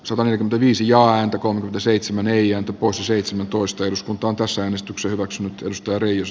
sama aika viisi ja antakoon seitsemän eija topo seitsemäntoista jos kuntoon päässeen istuksivaks mun stooriis